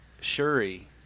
Shuri